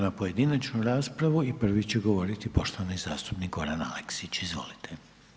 na pojedinačnu raspravu i prvi će govoriti poštovani zastupnik Goran Aleksić, izvolite.